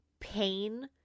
pain